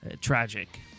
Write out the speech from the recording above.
tragic